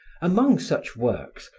among such works,